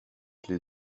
les